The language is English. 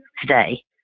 today